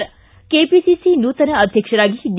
ಿ ಕೆಪಿಸಿಸಿ ನೂತನ ಅಧ್ಯಕ್ಷರಾಗಿ ಡಿ